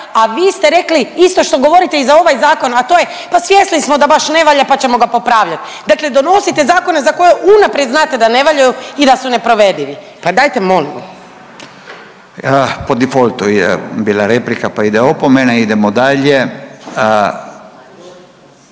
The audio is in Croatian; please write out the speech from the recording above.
a vi ste rekli isto što govorite i za ovaj zakon, a to je pa svjesni smo da baš ne valja pa ćemo ga popravljat. Dakle, donosite zakone za koje unaprijed znate da ne valjaju i da su neprovedivi, pa dajte molim. **Radin, Furio (Nezavisni)** Po defaultu je bila replika, pa ide opomena. Idemo dalje,